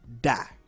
die